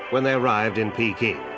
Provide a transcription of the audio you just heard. when they arrived in peking.